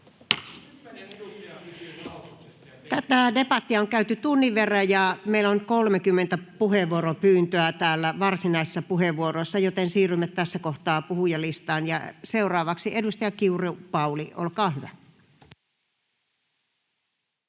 Tätä debattia on käyty tunnin verran, ja meillä on 30 puheenvuoropyyntöä täällä varsinaisissa puheenvuoroissa, joten siirrymme tässä kohtaa puhujalistaan. — Seuraavaksi edustaja Pauli Kiuru, olkaa hyvä. [Pauli